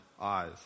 eyes